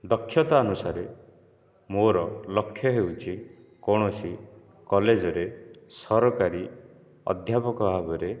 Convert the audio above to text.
ଦକ୍ଷତା ଅନୁସାରେ ମୋର ଲକ୍ଷ୍ୟ ହେଉଛି କୌଣସି କଲେଜରେ ସରକାରୀ ଅଧ୍ୟାପକ ଭାବରେ